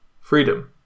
Freedom